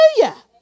Hallelujah